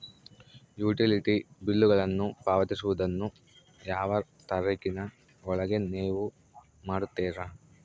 Utility ಬಿಲ್ಲುಗಳನ್ನು ಪಾವತಿಸುವದನ್ನು ಯಾವ ತಾರೇಖಿನ ಒಳಗೆ ನೇವು ಮಾಡುತ್ತೇರಾ?